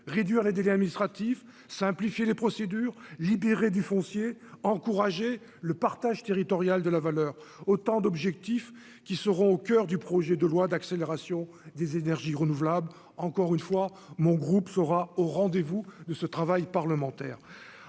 réduire les délais administratifs, simplifier les procédures libérer du foncier encourager le partage territorial de la valeur, autant d'objectifs qui seront au coeur du projet de loi d'accélération des énergies renouvelables, encore une fois mon groupe sera au rendez-vous de ce travail parlementaire,